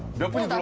no point.